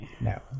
No